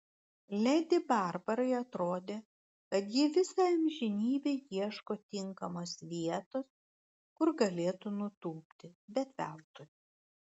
ledi barbarai atrodė kad ji visą amžinybę ieško tinkamos vietos kur galėtų nutūpti bet veltui